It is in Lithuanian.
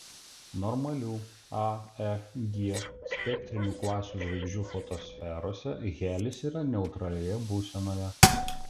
normalių a f g spektrinių klasių žvaigždžių fotosferose helis yra neutralioje būsenoje